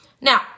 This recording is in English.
Now